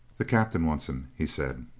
the captain wants him, he said.